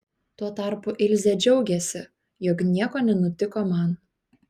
tuo tarpu ilzė džiaugėsi jog nieko nenutiko man